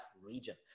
region